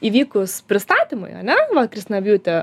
įvykus pristatymui ane va kristina bjuti